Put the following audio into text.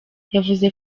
yavuze